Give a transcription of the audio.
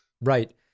Right